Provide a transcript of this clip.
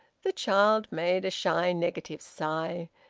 the child made a shy, negative sigh,